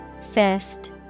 Fist